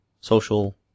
social